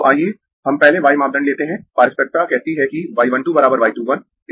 तो आइए हम पहले y मापदंड लेते है पारस्परिकता कहती है कि y 1 2 y 2 1